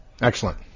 Excellent